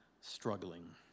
struggling